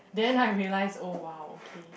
then I realised oh !wow! okay